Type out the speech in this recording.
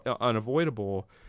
unavoidable